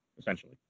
essentially